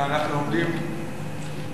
הרי אנחנו עומדים בקרוב,